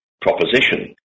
proposition